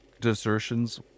desertions